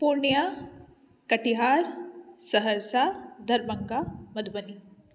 Purnia Katihar Saharsa Darbhanga Madhubani